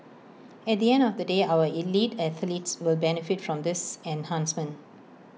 at the end of the day our elite athletes will benefit from this enhancement